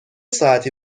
ساعتی